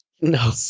No